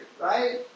right